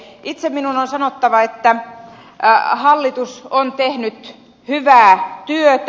itse minun on sanottava että hallitus on tehnyt hyvää työtä